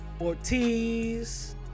Ortiz